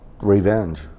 Revenge